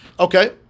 Okay